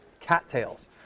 cattails